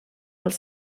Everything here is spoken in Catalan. als